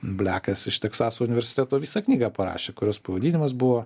blekas iš teksaso universiteto visą knygą parašė kurios pavadinimas buvo